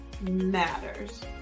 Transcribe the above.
matters